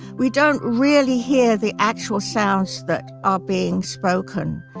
we don't really hear the actual sounds that are being spoken.